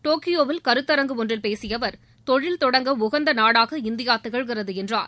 டோக்கியோவில் கருத்தரங்கு ஒன்றில் பேசிய அவர் தொழில் தொடங்க உகந்த நாடாக இந்தியா திகழ்கிறது என்றார்